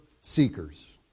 seekers